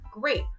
Great